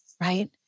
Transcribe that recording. right